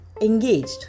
engaged